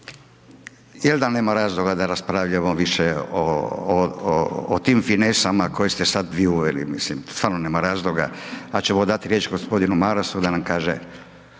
Jel da nema razloga da raspravljamo više o tim finesama koje ste sada vi uveli, mislim stvarno nema razloga, pa ćemo dati riječ gospodinu Marasu da nam kaže